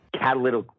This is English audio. catalytic